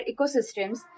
ecosystems